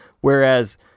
whereas